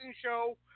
Show